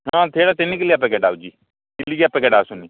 ହଁ ସେଇଟା ତିନି କିଲିଆ ପ୍ୟାକେଟ୍ ଆସୁଛି କିଲିକିଆ ପ୍ୟାକେଟ୍ ଆସୁନି